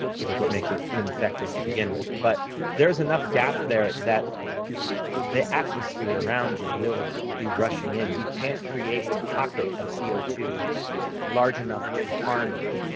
which is what makes it ineffective to begin with. but there's enough gap there that the atmosphere around you will be rushing in. you can't create a pocket of co ah two large enough to harm you.